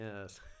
yes